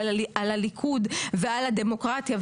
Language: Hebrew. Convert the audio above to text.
על הליכוד ועל הדמוקרטיה.